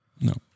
No